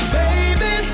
baby